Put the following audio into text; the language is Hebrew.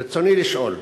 רצוני לשאול: